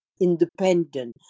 independent